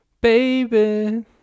Baby